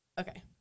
Okay